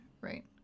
right